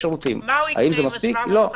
מה הוא יקנה ב-750 שקל?